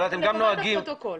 לטובת הפרוטוקול.